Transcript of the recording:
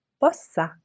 possa